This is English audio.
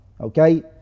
Okay